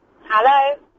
Hello